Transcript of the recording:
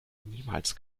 niemals